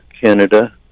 Canada